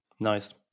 Nice